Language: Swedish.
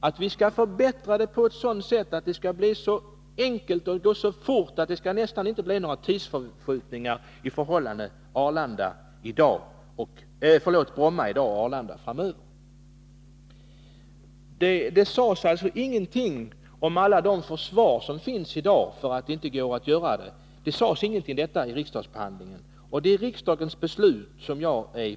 Man sade att kommunikationerna skulle förbättras så att det skulle gå så fort och enkelt att ta sig till Arlanda att det nästan inte skulle bli någon skillnad i tid mellan att åka till Bromma i dag och att åka till Arlanda framöver. I riksdagsbehandlingen nämndes ingenting om alla de synpunkter somi dag anförs till försvar för att detta inte går att genomföra. Och vad jag är ute efter är att riksdagens beslut skall genomföras.